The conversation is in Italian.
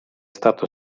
stato